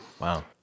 Wow